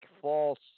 false